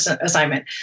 assignment